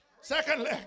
secondly